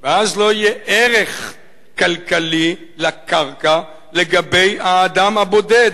ואז לא יהיה ערך כלכלי לקרקע לגבי האדם הבודד,